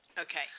Okay